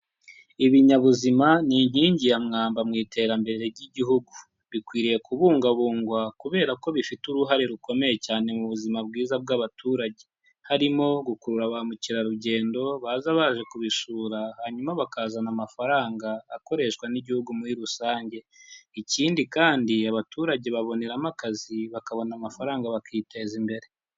Ibinyabuzima ni inkingi ya mwamba mu iterambere ry'igihugu, bikwiriye kubungabungwa kubera ko bifite uruhare rukomeye cyane mu buzima bwiza bw'abaturage, harimo gukurura ba mukerarugendo baza baje kubisura, hanyuma bakazana amafaranga akoreshwa n'igihugu muri rusange, ikindi kandi abaturage baboneramo akazi bakabona amafaranga bakiteza imbere.